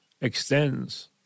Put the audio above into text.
extends